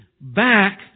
back